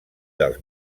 dels